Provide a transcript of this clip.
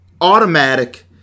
automatic